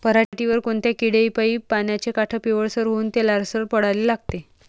पऱ्हाटीवर कोनत्या किड्यापाई पानाचे काठं पिवळसर होऊन ते लालसर पडाले लागते?